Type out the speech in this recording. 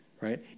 right